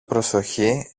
προσοχή